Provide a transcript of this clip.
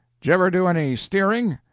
you ever do any steering?